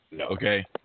Okay